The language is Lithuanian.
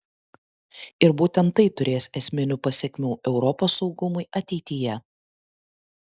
ir būtent tai turės esminių pasekmių europos saugumui ateityje